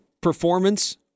performance